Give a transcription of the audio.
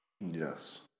yes